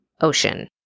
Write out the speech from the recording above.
Ocean